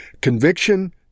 conviction